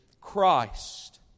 Christ